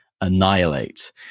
annihilate